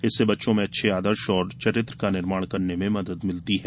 इससे बच्चों में अच्छे आदर्श और चरित्र का निर्माण करने में मदद मिलती है